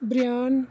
bryant